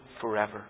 forever